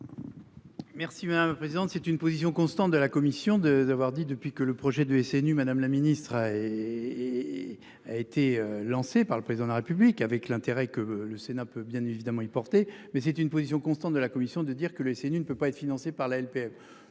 Merci madame la présidente. C'est une position constante de la commission de d'avoir dit depuis que le projet de SNU Madame la Ministre et a été lancée par le président de la République avec l'intérêt que le Sénat peut bien évidemment y porter mais c'est une position constante de la commission de dire que le SNU ne peut pas être financé par la LPM